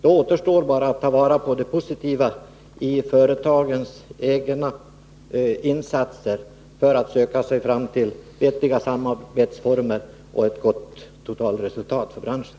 Därmed återstår bara att ta vara på det positiva i de insatser som företagen själva gör för att söka sig fram till vettiga samarbetsformer och ett gott totalresultat för branschen.